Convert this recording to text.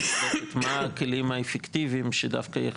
מה הכלים האפקטיביים שדווקא יחסכו?